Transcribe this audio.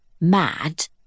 mad